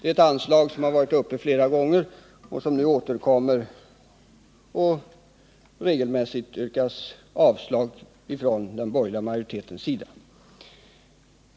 Det är en anslagspost som varit uppe flera gånger och nu återkommer och som det regelmässigt har yrkats avslag på från den borgerliga majoritetens sida.